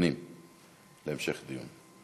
הפנים להמשך דיון.